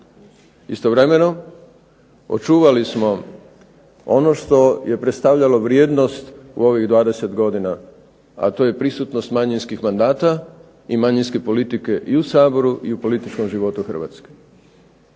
Istovremeno, očuvali smo ono što je predstavljalo vrijednost u ovih 20 godina, a to je prisutnost manjinskih mandata i manjinske politike i u Saboru i u političkom životu Hrvatske